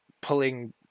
pulling